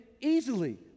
easily